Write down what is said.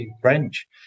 French